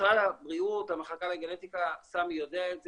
משרד הבריאות, המחלקה לגנטיקה, סמי יודע את זה,